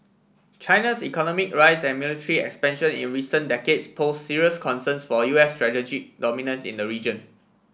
China's economic rise and military expansion in recent decades pose serious concerns for U S dominance in the region